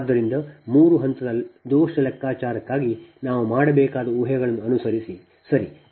ಆದ್ದರಿಂದ ಮೂರು ಹಂತದ ದೋಷ ಲೆಕ್ಕಾಚಾರಕ್ಕಾಗಿ ನಾವು ಮಾಡಬೇಕಾದ ಊಹೆಗಳನ್ನು ಅನುಸರಿಸಿ ಸರಿ